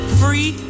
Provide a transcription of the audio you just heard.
free